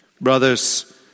Brothers